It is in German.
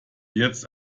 jetzt